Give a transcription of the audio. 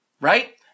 right